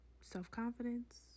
self-confidence